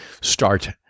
start